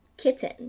kitten